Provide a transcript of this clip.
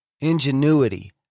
ingenuity